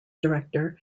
director